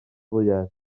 fwyaf